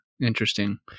interesting